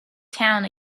town